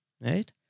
Right